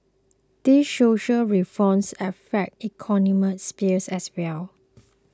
these social reforms affect economic sphere as well